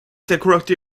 currently